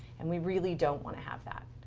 and we really don't want to have that.